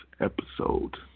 episode